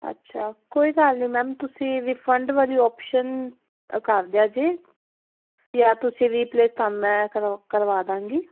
ਅੱਛਾ ਕੋਈ ਗੱਲ ਨੀ ਮੈਮ ਤੁਸੀਂ ਰਿਫੰਡ ਵਾਲੀ ਓਪਸ਼ਨ ਕਰ ਦਿਆ ਜੇ ਜਾਂ ਤੁਸੀਂ ਰੀਪਲੇ ਸਮ ਕਰ ਕਰਵਾਦਾਂਗੀ